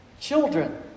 Children